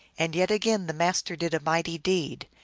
and yet again the master did a mighty deed.